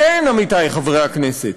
כן, עמיתי חברי הכנסת,